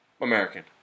American